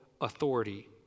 authority